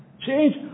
Change